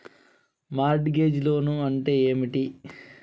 Mart gauge loan అంటే ఏమిటి?